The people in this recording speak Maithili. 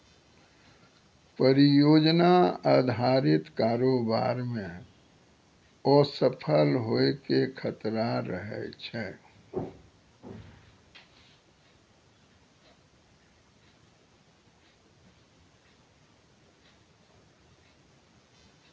परियोजना अधारित कारोबार मे असफल होय के खतरा रहै छै